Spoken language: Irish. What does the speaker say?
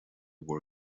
bhur